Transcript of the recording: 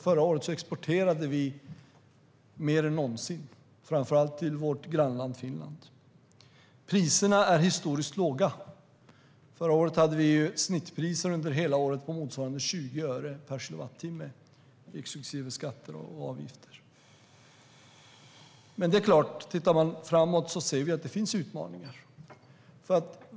Förra året exporterade vi mer än någonsin, tror jag, framför allt till vårt grannland Finland. Priserna är historiskt låga. Förra året hade vi snittpriser under hela året på motsvarande 20 öre per kilowattimme exklusive skatter och avgifter. Men det är klart att vi ser utmaningar om vi tittar framåt.